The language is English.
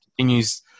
continues